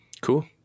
Cool